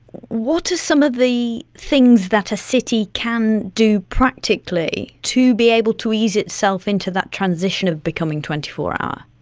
what are some of the things that a city can do practically to be able to ease itself into that transition of becoming twenty four hour?